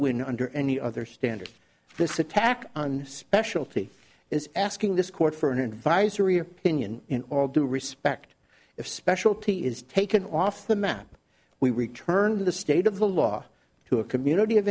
win under any other standard this attack on specialty is asking this court for an advisory opinion in all due respect if specialty is taken off the map we return to the state of the law to a community of